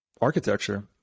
architecture